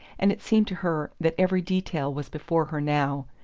and it seemed to her that every detail was before her now,